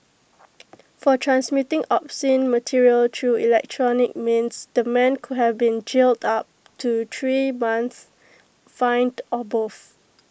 for transmitting obscene material through electronic means the man could have been jailed up to three months fined or both